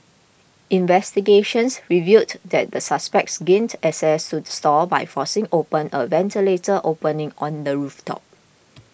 investigations revealed that the suspects gained access to the stall by forcing open a ventilator opening on the roof top